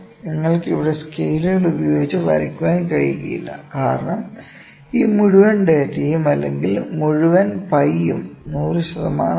നിങ്ങൾക്ക് ഇവിടെ സ്കെയിലുകൾ ഉപയോഗിച്ച് വരയ്ക്കാൻ കഴിയില്ല കാരണം ഈ മുഴുവൻ ഡാറ്റയും അല്ലെങ്കിൽ മുഴുവൻ പൈയും 100 ശതമാനമാണ്